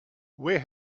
where